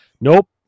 nope